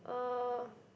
uh